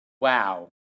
Wow